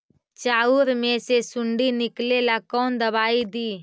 चाउर में से सुंडी निकले ला कौन दवाई दी?